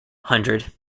hundred